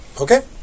Okay